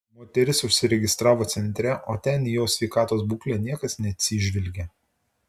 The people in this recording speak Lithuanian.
moteris užsiregistravo centre o ten į jos sveikatos būklę niekas neatsižvelgia